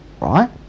Right